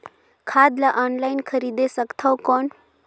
खाद ला ऑनलाइन खरीदे सकथव कौन?